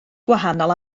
gwahanol